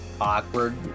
awkward